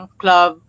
club